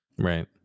Right